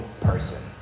person